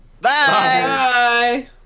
Bye